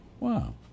Wow